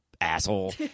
asshole